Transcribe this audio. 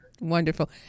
wonderful